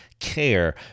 care